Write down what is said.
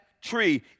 tree